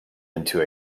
into